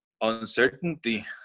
uncertainty